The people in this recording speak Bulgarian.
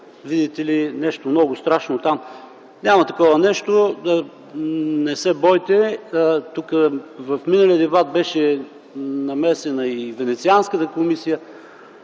видите ли, нещо много страшно там. Няма такова нещо, не се бойте! Тук в миналия дебат беше намесена и Венецианската комисия.